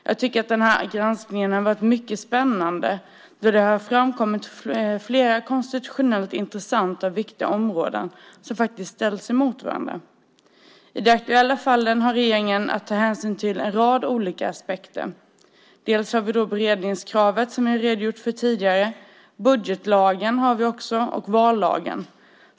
Jag tycker att granskningen har varit mycket spännande, då flera konstitutionellt intressanta och viktiga områden har ställts mot varandra. I de aktuella fallen har regeringen att ta hänsyn till en rad olika aspekter, dels beredningskravet, som jag har redogjort för tidigare, dels budgetlagen och vallagen.